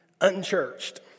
unchurched